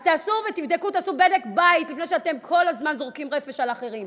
אז תעשו בדק-בית לפני שאתם כל הזמן זורקים רפש על אחרים.